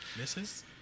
Misses